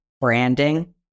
branding